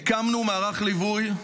הקמנו מערך ליווי,